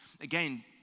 Again